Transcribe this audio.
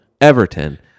Everton